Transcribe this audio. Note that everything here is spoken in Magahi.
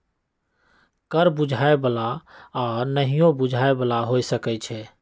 कर बुझाय बला आऽ नहियो बुझाय बला हो सकै छइ